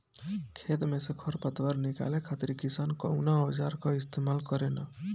खेत में से खर पतवार निकाले खातिर किसान कउना औजार क इस्तेमाल करे न?